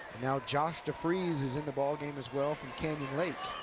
now josh defreeze is in the ballgame as well from canyon like.